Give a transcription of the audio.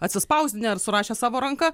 atsispausdinę ar surašę savo ranka